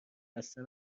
خسته